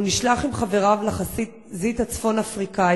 הוא נשלח עם חבריו לחזית הצפון-אפריקנית